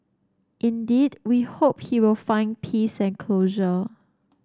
indeed we hope he will find peace and closure